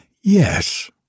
Yes